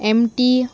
M T